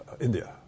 India